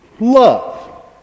Love